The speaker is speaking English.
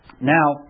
Now